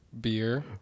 Beer